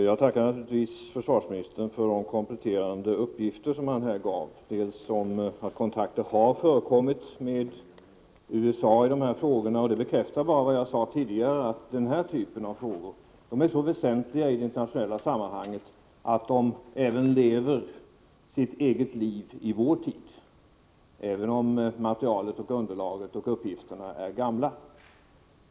Herr talman! Jag tackar försvarsministern för dessa kompletterande uppgifter, bl.a. om att kontakter förekommit med USA i denna fråga. Det bekräftar bara vad jag tidigare sade, nämligen att denna typ av frågor är så väsentlig i det internationella sammanhanget att de också lever sitt eget liv i vår tid, även om materialet, underlaget och uppgifterna är gamla.